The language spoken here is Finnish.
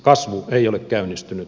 kasvu ei ole käynnistynyt